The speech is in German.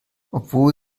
obwohl